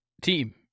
team